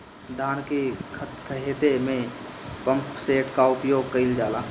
धान के ख़हेते में पम्पसेट का उपयोग कइल जाला?